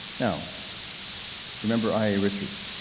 now remember i a. richards.